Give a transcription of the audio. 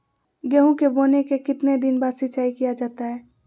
गेंहू के बोने के कितने दिन बाद सिंचाई किया जाता है?